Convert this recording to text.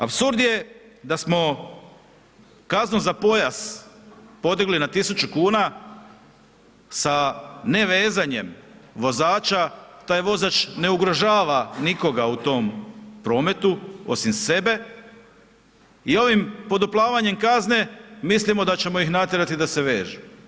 Apsurd je da smo kaznu za pojas podigli na 1.000 kuna sa nevezanjem vozača taj vozač ne ugrožava nikoga u tom prometu osim sebe i ovim poduplavanjem kazne mislimo da ćemo ih natjerati da se vežu.